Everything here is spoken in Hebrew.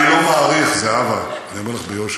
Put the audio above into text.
אבל אני לא מעריך, זהבה, אני אומר לך ביושר,